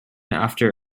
after